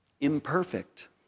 Imperfect